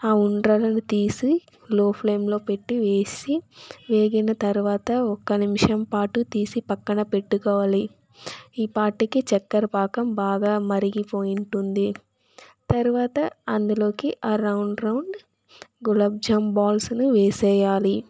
ఆ ఉండ్రలు తీసి లో ఫ్లేమ్లో పెట్టి వేసి వేగిన తర్వాత ఒక్క నిమిషం పాటు తీసి పక్కన పెట్టుకోవాలి ఈ పాటికి చక్కర పాకం బాగా మరిగిపోయింటుంది తర్వాత అందులోకి ఆ రౌండ్ రౌండ్ గులాబ్జామ్ బాల్స్ని వేసేయాలి